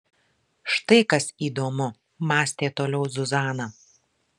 štai kas įdomu mąstė toliau zuzana